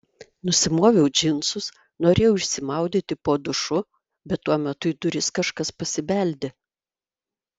nusimoviau džinsus norėjau išsimaudyti po dušu bet tuo metu į duris kažkas pasibeldė